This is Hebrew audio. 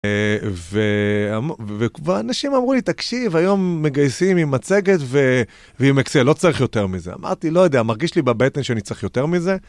ואמ... ואנשים אמרו לי, תקשיב, היום מגייסים עם מצגת ועם אקסל, לא צריך יותר מזה. אמרתי לא יודע, מרגיש לי בבטן שאני צריך יותר מזה.